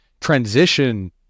transition